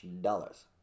dollars